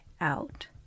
out